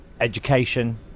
education